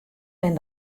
men